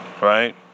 right